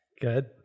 good